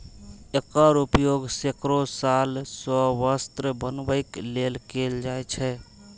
एकर उपयोग सैकड़ो साल सं वस्त्र बनबै लेल कैल जाए छै